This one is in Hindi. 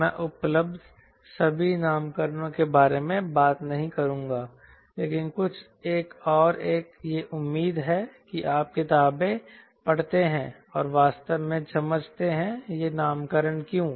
मैं उपलब्ध सभी नामकरणों के बारे में बात नहीं करूंगा लेकिन कुछ एक और यह उम्मीद है कि आप किताबें पढ़ते हैं और वास्तव में समझते हैं ये नामकरण क्यों